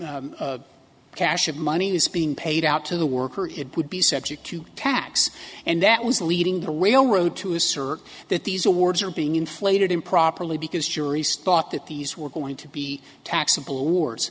a cache of money was being paid out to the worker it would be subject to tax and that was leading the railroad to assert that these awards are being inflated improperly because juries thought that these were going to be taxable awards